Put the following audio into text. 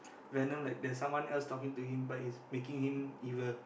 venom like there's someone else talking to him but is making him evil